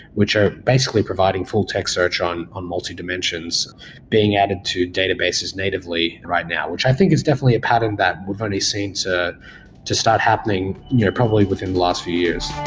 which are basically providing full text search on on multi-dimensions being added to databases natively right now, which i think is definitely a pattern that we've only seen to to start happening probably within the last few years.